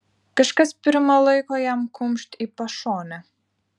kažkas pirma laiko jam kumšt į pašonę